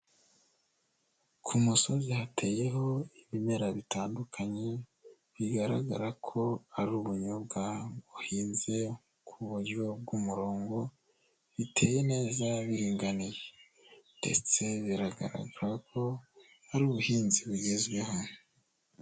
Ku musozi hateyeho ibimera bitandukanye bigaragara ko ari ubunyobwa buhinze ku buryo bw'umurongo, biteye neza biringaniye ndetse biragaragara ko ari ubuhinzi bugezweho.